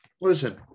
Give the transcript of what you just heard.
Listen